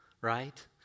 right